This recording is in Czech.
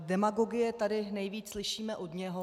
Demagogie tady nejvíc slyšíme od něj.